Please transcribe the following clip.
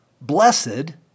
blessed